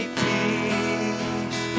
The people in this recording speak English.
peace